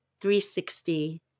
360